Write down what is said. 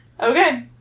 Okay